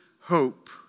hope